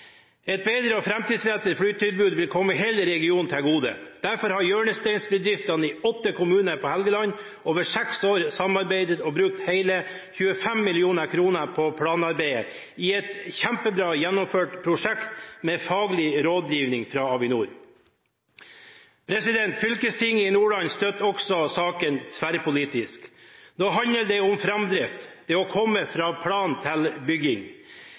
Et bedre og framtidsrettet flytilbud vil komme hele regionen til gode. Derfor har hjørnesteinsbedriftene i åtte kommuner på Helgeland over seks år samarbeidet og brukt hele 25 mill. kr på planarbeidet i et kjempebra gjennomført prosjekt med faglig rådgivning fra Avinor. Fylkestinget i Nordland støtter også saken tverrpolitisk. Nå handler det om framdrift, det å komme fra plan til bygging.